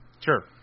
Sure